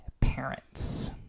parents